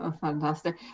fantastic